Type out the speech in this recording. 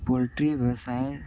poultry व्यवसाय